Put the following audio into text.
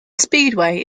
speedway